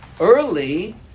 early